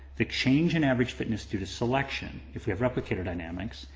the change in average fitness due to selection, if we have replicator dynamics,